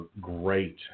great